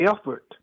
effort